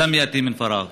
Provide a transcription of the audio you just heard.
והיא לא באה מחלל ריק.)